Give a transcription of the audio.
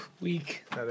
weak